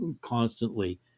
constantly